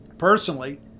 Personally